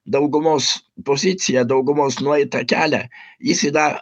daugumos poziciją daugumos nueitą kelią jis yra